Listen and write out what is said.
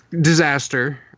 Disaster